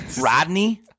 Rodney